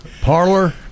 Parlor